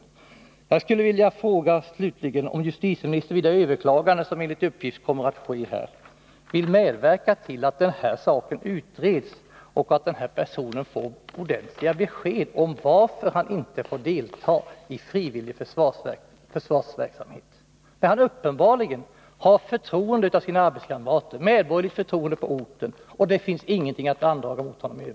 Enligt uppgift kommer beslutet i detta ärende att överklagas, och jag frågar: Vill justitieministern medverka till att saken utreds och att den berörda personen får ett ordentligt besked om anledningen till att han inte får delta i frivillig försvarsverksamhet, när han uppenbarligen har sina arbetskamraters förtroende och medborgerligt förtroende på orten och när det inte finns något att andraga mot honom i övrigt?